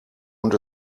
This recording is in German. und